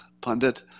pundit